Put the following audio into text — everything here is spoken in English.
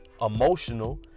emotional